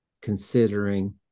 considering